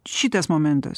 šitas momentas